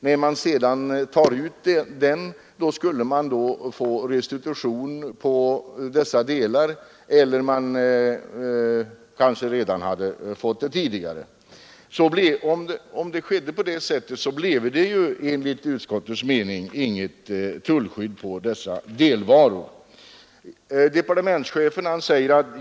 När varan sedan tas ut därifrån skulle man få restitution på delarna eller har kanske redan fått det tidigare. Under sådana förhållanden bleve det enligt utskottets mening inget tullskydd på dessa delvaror.